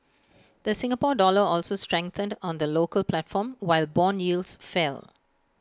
the Singapore dollar also strengthened on the local platform while Bond yields fell